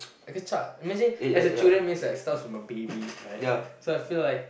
like a child imagine as a children means like starts from a baby right so I feel like